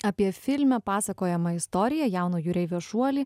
apie filme pasakojamą istoriją jauno jūreivio šuolį